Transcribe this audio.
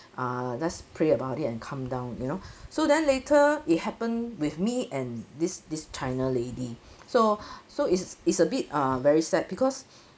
ah let's pray about it and calm down you know so then later it happened with me and this this china lady so so is is a bit ah very sad because